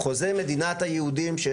תודה רבה,